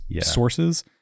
sources